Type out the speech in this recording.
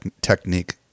technique